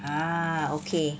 ah okay